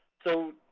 so